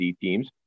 teams